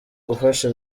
gufasha